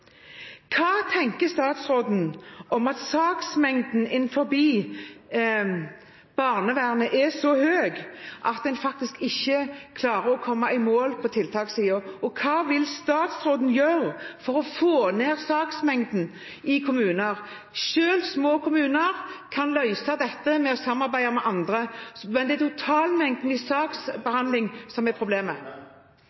Hva tenker statsråden om at saksmengden innenfor barnevernet er så stor at en faktisk ikke klarer å komme i mål på tiltakssiden, og hva vil statsråden gjøre for å få ned saksmengden i kommunene? Selv små kommuner kan løse dette ved å samarbeide med andre, men det er totalmengden i saksbehandling som er problemet.